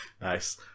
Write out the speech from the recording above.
Nice